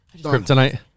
Kryptonite